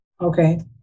Okay